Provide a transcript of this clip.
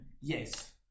Yes